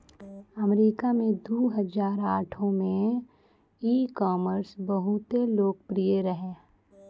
अमरीका मे दु हजार आठो मे ई कामर्स बहुते लोकप्रिय रहै